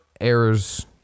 errors